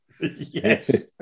Yes